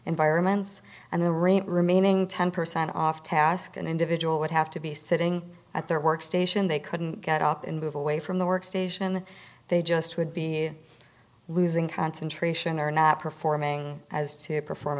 environments and the rate remaining ten percent off task an individual would have to be sitting at their workstation they couldn't get up and move away from the work station they just would be losing concentration or not performing as to perform